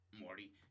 Morty